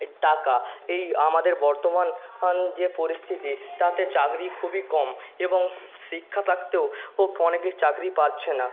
এ টাকা এই আমাদের বর্তমান আন যে পরিস্থিতি তাতে চাকরি খুবই কম এবং শিক্ষা থাকতেও ও অনেকেই চাকরি পাচ্ছে না